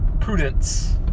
prudence